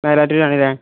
വാരാട്ടരി ആണല്ലേ